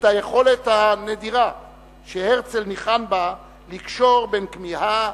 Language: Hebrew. את היכולת הנדירה שהרצל ניחן בה לקשור בין כמיהה